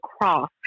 cross